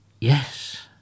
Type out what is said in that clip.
Yes